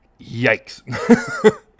yikes